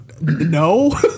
no